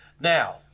Now